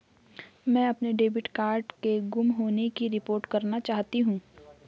मैं अपने debit card के गुम होने की रिपोर्ट करना चाहती हूँ